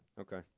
Okay